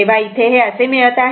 तेव्हा हे इथे मिळत आहे